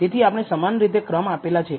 તેથી આપણે સમાન રીતે ક્રમ આપેલ છે